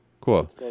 cool